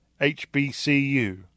HBCU